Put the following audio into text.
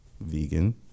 vegan